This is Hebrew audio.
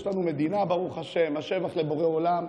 יש לנו מדינה, ברוך השם, השבח לבורא עולם,